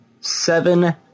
Seven